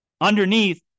underneath